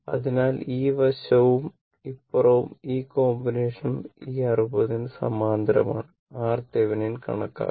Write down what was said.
അതിനാൽ ഈ വശവും ഇപ്പുറവും ഈ കോമ്പിനേഷനും ഈ 60 ന് സമാന്തരമാണ് RThevenin കണക്കാക്കാം